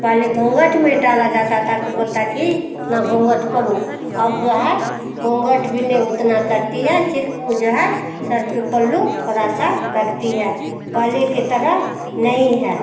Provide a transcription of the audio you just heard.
पहले घूँघट में डाला जाता था को बोलता कि इतना घूँघट करो अब जो है घूँघट भी नहीं उतना करती है सिर्फ ऊ जो है सिर पे पल्लू थोड़ा सा रखती है पहले के तरह नहीं है